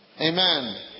Amen